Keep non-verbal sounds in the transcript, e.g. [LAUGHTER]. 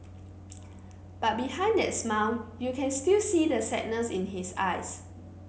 [NOISE] but behind that smile you can still see the sadness in his eyes